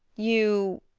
you?